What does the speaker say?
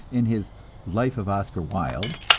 in his life of oscar wilde,